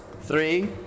three